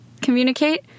communicate